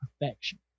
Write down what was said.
perfection